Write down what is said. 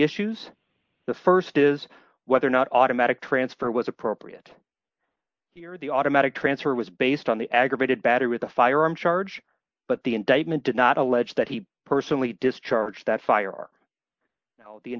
issues the st is whether or not automatic transfer was appropriate here the automatic transfer was based on the aggravated battery with a firearm charge but the indictment did not allege that he personally discharge that fire